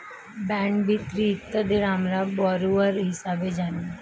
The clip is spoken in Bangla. বন্ড বিক্রি ক্রেতাদের আমরা বরোয়ার হিসেবে জানি